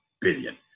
billion